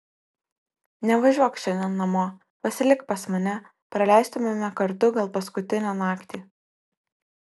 nevažiuok šiandien namo pasilik pas mane praleistumėme kartu gal paskutinę naktį